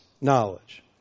knowledge